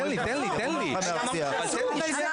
תן לי, תן לי, תן לי.